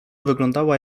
wyglądała